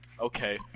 Okay